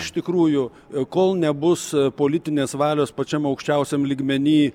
iš tikrųjų kol nebus politinės valios pačiam aukščiausiam lygmeny